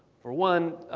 for one,